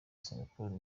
singapore